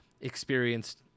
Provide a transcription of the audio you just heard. experienced